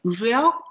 real